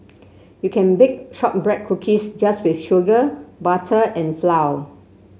you can bake shortbread cookies just with sugar butter and flour